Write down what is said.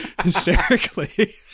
hysterically